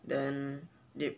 then they